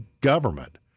government